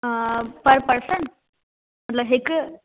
आ पर पर्सन मतिलबु हिकु